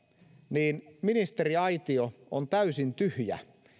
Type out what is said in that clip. niin ministeriaitio on täysin tyhjä